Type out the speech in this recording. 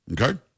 okay